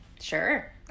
Sure